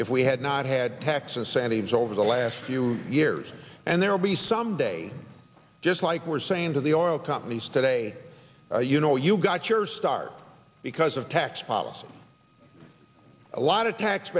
if we had not had tax incentives over the last few years and there will be some day just like we're saying to the oil companies today you know you got your start because of tax policy a lot of tax